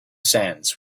sands